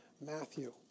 Matthew